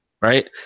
right